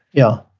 yeah.